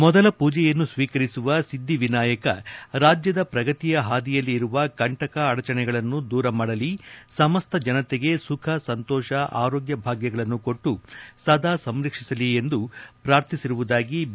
ಮೊದಲ ಪೂಜೆಯನ್ನು ಸ್ವೀಕರಿಸುವ ಸಿದ್ದಿ ವಿನಾಯಕ ರಾಜ್ಯದ ಪ್ರಗತಿಯ ಹಾದಿಯಲ್ಲಿ ಇರುವ ಕಂಟಕ ಅಡಚಣೆಗಳನ್ನು ದೂರಮಾಡಲಿ ಸಮಸ್ತ ಜನತೆಗೆ ಸುಖ ಸಂತೋಷ ಆರೋಗ್ಯ ಭಾಗ್ಯಗಳನ್ನು ಕೊಟ್ಟು ಸದಾ ಸಂರಕ್ಷಿಸಲಿ ಎಂದು ಪ್ರಾರ್ಥಿಸಿರುವುದಾಗಿ ಬಿ